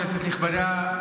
כנסת נכבדה,